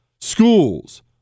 schools